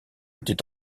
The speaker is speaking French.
était